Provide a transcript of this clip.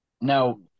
Now